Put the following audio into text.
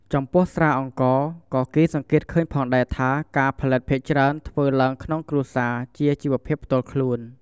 ចំពោះស្រាអង្ករ ក៏គេសង្កេតឃើញផងដែរថា ការផលិតភាគច្រើនធ្វើឡើងក្នុងគ្រួសារ ជាជីវភាពផ្ទាល់ខ្លួន។